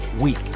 week